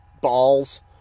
balls